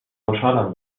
خوشحالم